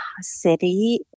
City